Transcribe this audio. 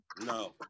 No